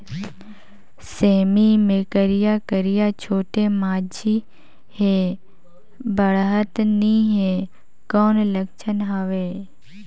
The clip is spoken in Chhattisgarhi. सेमी मे करिया करिया छोटे माछी हे बाढ़त नहीं हे कौन लक्षण हवय?